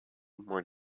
more